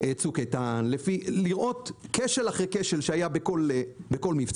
צוק איתן - לראות כשל אחרי כשל שהיה בכל מבצע,